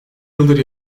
yıldır